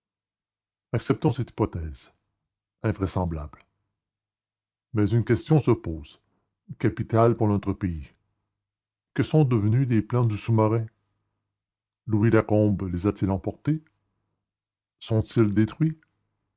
acceptons cette hypothèse invraisemblable mais une question se pose capitale pour notre pays que sont devenus les plans du sous-marin louis lacombe les a-t-il emportés sont-ils détruits